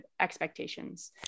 expectations